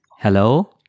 Hello